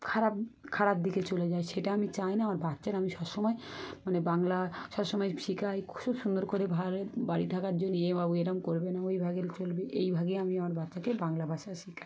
খারাপ খারাপ দিকে চলে যায় সেটা আমি চাই না আমার বাচ্চারা আমি সবসময় মানে বাংলা সবসময় শেখাই খুব সুন্দর করে বাড়ি থাকার জন্য এ বাবু এরম করবে না ওইভাবে চলবে এইভাবেই আমি আমার বাচ্চাকে বাংলা ভাষা শেখাই